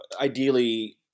ideally